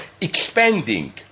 expanding